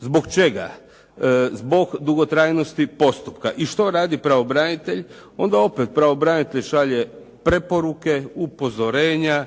Zbog čega? Zbog dugotrajnosti postupka. I što radi pravobranitelj? Onda opet pravobranitelj šalje preporuke, upozorenja,